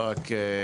רק,